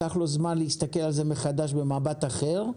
לקח לו זמן להסתכל על זה מחדש במבט אחר.